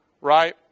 right